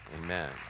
Amen